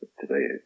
today